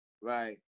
right